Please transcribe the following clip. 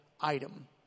item